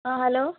ആ ഹലോ